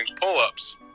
pull-ups